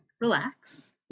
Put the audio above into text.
relax